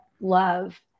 love